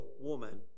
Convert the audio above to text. woman